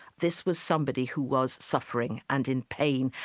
this was somebody who was suffering and in pain,